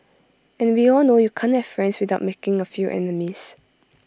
and we all know you can't have friends without making A few enemies